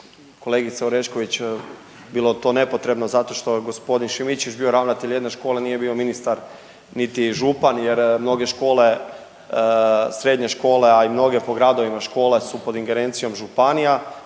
kolegica Orešković bilo to nepotrebno zato što je g. Šimičević bio ravnatelj jedne škole, nije bio ministar niti župan jer mnoge škole srednje škole, a i mnoge po gradovima škole su pod ingerencijom županija,